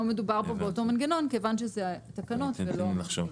לא מדובר פה באותו מנגנון מכיוון שזה תקנות ולא אמות מידה.